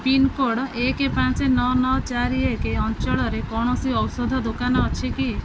pincode ଏକ ପାଞ୍ଚ ନଅ ନଅ ଚାରି ଏକ ଅଞ୍ଚଳରେ କୌଣସି ଔଷଧ ଦୋକାନ ଅଛି କି